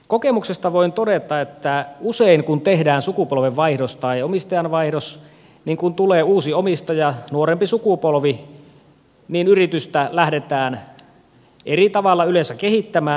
kokemuksesta voin todeta että kun tehdään sukupolvenvaihdos tai omistajanvaihdos kun tulee uusi omistaja nuorempi sukupolvi usein yritystä lähdetään eri tavalla kehittämään